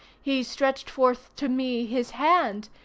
he stretched forth to me his hand,